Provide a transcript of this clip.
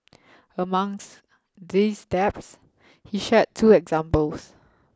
amongst these steps he shared two examples